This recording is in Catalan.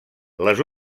les